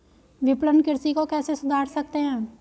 विपणन कृषि को कैसे सुधार सकते हैं?